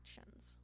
actions